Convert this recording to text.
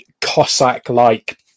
Cossack-like